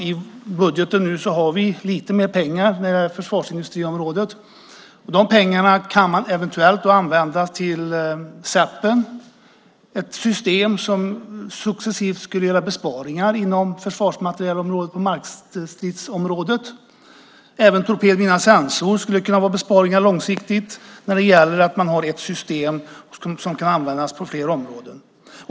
I budgeten har vi nu lite mer pengar på försvarsindustriområdet, och de pengarna kan man eventuellt använda till SEP:en, ett system som successivt skulle medföra besparingar inom försvarsmaterielområdet och markstridsområdet. Även torped-mina-sensor skulle kunna medföra besparingar långsiktigt, när det gäller att man har ett system som kan användas på flera områden.